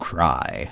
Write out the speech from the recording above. Cry